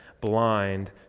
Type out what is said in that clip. blind